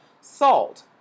salt